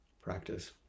practice